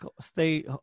stay